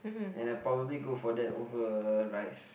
and I probably go for that over rice